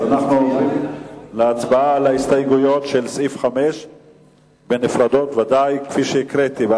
אז אנחנו עוברים להצבעה על ההסתייגויות לסעיף 5 כפי שהקראתי.